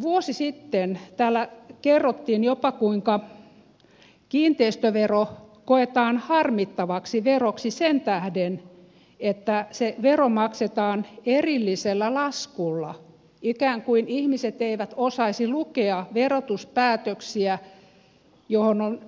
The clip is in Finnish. vuosi sitten täällä kerrottiin jopa kuinka kiinteistövero koetaan harmittavaksi veroksi sen tähden että se vero maksetaan erillisellä laskulla ikään kuin ihmiset eivät osaisi lukea verotuspäätöksiä johon on